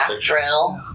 drill